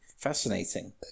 Fascinating